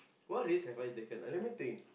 what risk have a I taken let me think